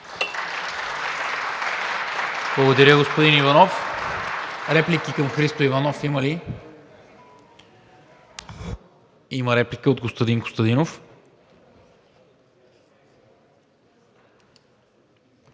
Благодаря, господин Иванов. Реплики към господин Христо Иванов има ли? Има реплика от Костадин Костадинов.